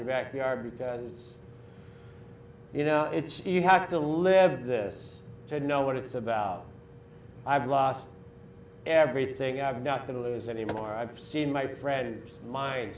your backyard guises you know it's you have to live with this to know what it's about i've lost everything i'm not going to lose any more i've seen my friends m